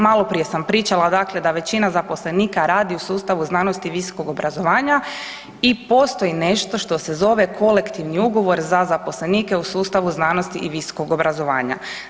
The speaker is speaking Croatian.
Maloprije sam pričala, dakle da većina zaposlenika radi u sustavu znanosti i visokog obrazovanja i postoji nešto što se zove kolektivni ugovor za zaposlenike u sustavu znanosti i visokog obrazovanja.